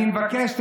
אני מבקש,